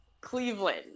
Cleveland